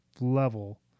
level